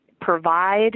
provide